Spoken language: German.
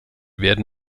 werden